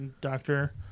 doctor